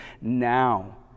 now